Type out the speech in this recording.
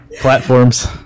Platforms